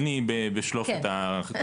אין לי בשלוף את התחשיב,